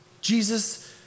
Jesus